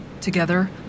Together